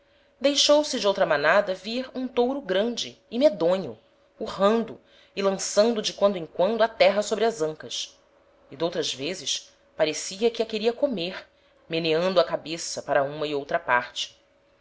deixou-se de outra manada vir um touro grande e medonho urrando e lançando de quando em quando a terra sobre as ancas e d'outras vezes parecia que a queria comer meneando a cabeça para uma e outra parte